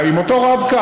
עם אותו רב-קו,